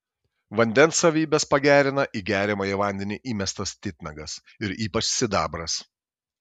vandens savybes pagerina į geriamąjį vandenį įmestas titnagas ir ypač sidabras